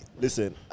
listen